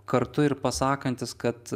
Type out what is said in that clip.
kartu ir pasakantis kad